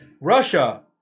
Russia